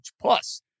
Plus